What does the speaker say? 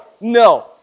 no